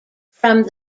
from